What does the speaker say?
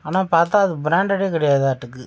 ஆனால் பார்த்தால் அது பிராண்டடே கிடையாதாட்டிருக்கு